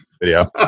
video